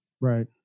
Right